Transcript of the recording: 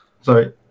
Sorry